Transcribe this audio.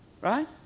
Right